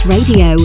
Radio